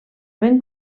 ben